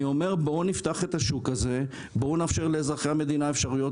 אני אומר: בואו נפתח את השוק הזה; בואו נאפשר לאזרחי המדינה אפשרויות